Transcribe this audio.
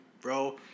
bro